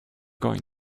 going